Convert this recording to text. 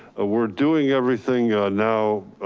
ah we're doing everything now